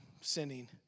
sinning